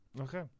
okay